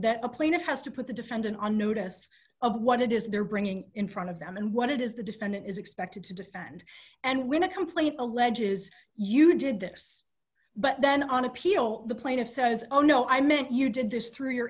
that the plaintiff has to put the defendant on notice of what it is they're bringing in front of them and what it is the defendant is expected to defend and when a complaint alleges you did this but then on appeal the plaintiff says oh no i meant you did this through your